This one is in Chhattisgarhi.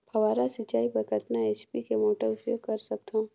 फव्वारा सिंचाई बर कतका एच.पी के मोटर उपयोग कर सकथव?